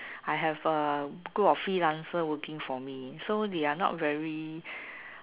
I have a group of freelancer working for me so they are not very